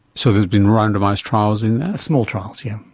so there has been randomised trials in that? small trials, yes.